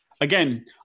again